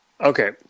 Okay